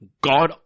God